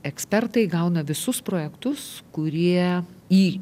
ekspertai gauna visus projektus kurie į